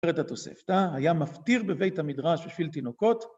התוספתה היה מפטיר בבית המדרש בשביל תינוקות.